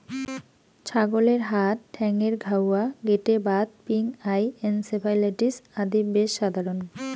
ছাগলের হাত ঠ্যাঙ্গের ঘাউয়া, গেটে বাত, পিঙ্ক আই, এনসেফালাইটিস আদি বেশ সাধারণ